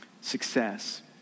success